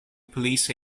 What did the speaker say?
police